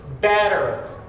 better